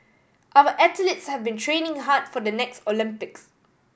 our athletes have been training hard for the next Olympics